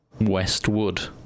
westwood